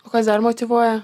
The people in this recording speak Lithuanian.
o kas dar motyvuoja